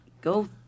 go